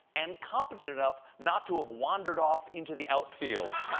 and competent enough not to have wandered off into the outfield.